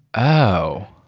oh